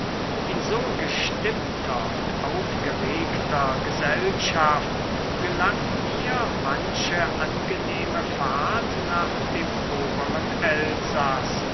in so gestimmter und aufgeregter gesellschaft gelang mir manche angenehme fahrt nach dem oberen elsaß